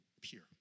pure